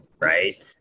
right